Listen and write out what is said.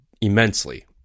immensely